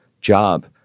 job